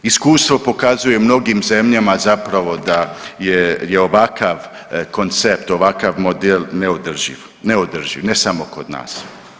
Iskustvo pokazuje u mnogim zemljama zapravo da je ovakav koncept, ovakav model neodrživ, neodrživ ne samo kod nas.